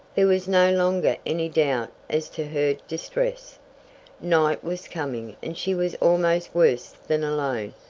there was no longer any doubt as to her distress night was coming and she was almost worse than alone,